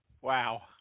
Wow